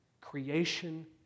Creation